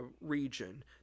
region